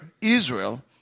Israel